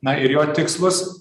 na ir jo tikslus